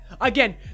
again